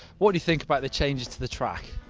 what do you think about the changes to the track?